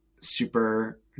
super